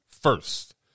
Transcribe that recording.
First